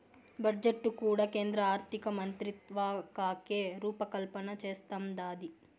budget కూడా కేంద్ర ఆర్థికమంత్రిత్వకాకే రూపకల్పన చేస్తందాది